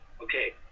Okay